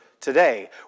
today